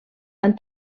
han